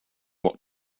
what